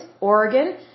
oregon